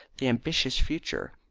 the ambitious future.